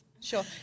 Sure